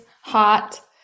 hot